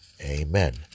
Amen